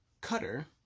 Cutter